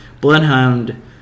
Bloodhound